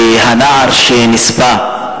והנער שנספה,